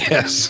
Yes